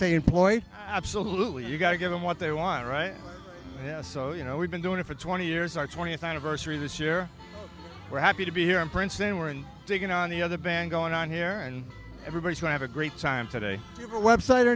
employ absolutely you've got to give them what they want right now so you know we've been doing it for twenty years our twentieth anniversary this year we're happy to be here in princeton where and to get on the other band going on here and everybody will have a great time today a website or